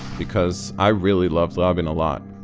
because i really loved rabin a lot,